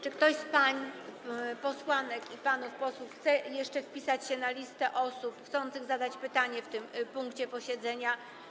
Czy ktoś z pań posłanek i panów posłów chce jeszcze wpisać się na listę osób chcących zadać pytanie w tym punkcie posiedzenia?